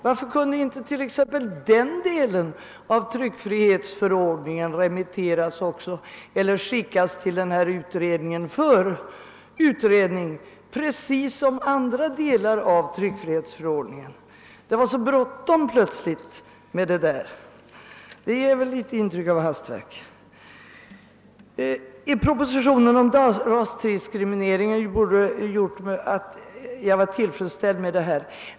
Varför kunde inte den delen av tryckfrihetsförordningen också skickas till kommittén för utredning precis som andra delar av tryckfrihetsförordningen? Men plötsligt var det så bråttom. Det ger väl intryck av hastverk? Justitieministern sade att bestämmelserna i propositionen om olaga rasdiskriminering borde gjort mig till freds.